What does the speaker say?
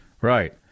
Right